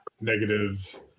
negative